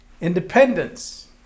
independence